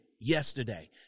yesterday